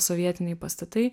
sovietiniai pastatai